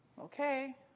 Okay